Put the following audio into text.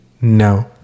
No